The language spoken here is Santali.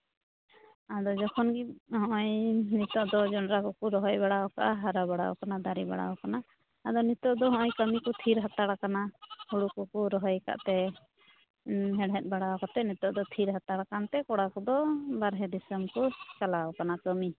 ᱟᱫᱚ ᱡᱚᱠᱷᱚᱱ ᱜᱮ ᱦᱚᱸᱜᱼᱚᱭ ᱱᱤᱛᱳᱜ ᱫᱚ ᱡᱚᱸᱰᱨᱟ ᱠᱚᱠᱚ ᱨᱚᱦᱚᱭ ᱵᱟᱲᱟᱣ ᱠᱟᱜᱼᱟ ᱦᱟᱨᱟ ᱵᱟᱲᱟᱣ ᱠᱟᱱᱟ ᱫᱟᱨᱮ ᱵᱟᱲᱟᱣᱠᱟᱱᱟ ᱟᱫᱚ ᱱᱤᱛᱚᱜ ᱫᱚ ᱦᱚᱸᱜᱼᱚᱭ ᱠᱟᱹᱢᱤ ᱠᱚ ᱛᱷᱤᱨ ᱦᱟᱛᱟᱲᱟᱠᱟᱱᱟ ᱦᱩᱲᱩ ᱠᱚᱠᱚ ᱨᱚᱦᱚᱭ ᱠᱟᱫ ᱛᱮ ᱦᱮᱲᱦᱮᱫ ᱵᱟᱲᱟ ᱠᱟᱛᱮᱫ ᱱᱤᱛᱳᱜ ᱫᱚ ᱛᱷᱤᱨ ᱦᱟᱛᱟᱲ ᱠᱟᱱᱛᱮ ᱠᱚᱲᱟ ᱠᱚᱫᱚ ᱵᱟᱨᱦᱮ ᱫᱤᱥᱚᱢ ᱠᱚ ᱪᱟᱞᱟᱣ ᱠᱟᱱᱟ ᱠᱟᱹᱢᱤ